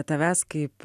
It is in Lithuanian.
tavęs kaip